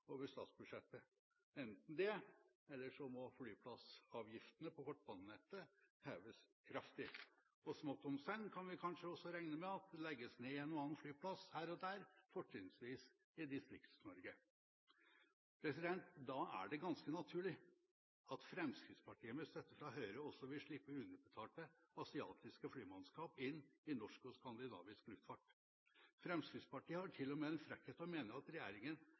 over statsbudsjettet, eller så må flyplassavgiftene på kortbanenettet heves kraftig. Smått om senn kan vi kanskje også regne med at det legges ned en og annen flyplass her og der – fortrinnsvis i Distrikts-Norge. Da er det ganske naturlig at Fremskrittspartiet – med støtte fra Høyre – også vil slippe inn underbetalte asiatiske flymannskap i norsk og skandinavisk luftfart. Fremskrittspartiet har til og med den frekkhet å mene at